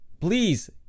please